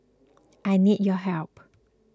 I need your help